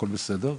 הכל בסדר,